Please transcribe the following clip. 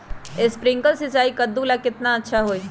Sprinkler सिंचाई कददु ला केतना अच्छा होई?